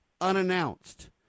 unannounced